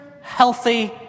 healthy